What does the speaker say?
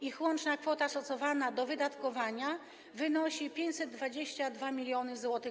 Ich łączna kwota szacowana do wydatkowania wynosi ponad 522 mln zł.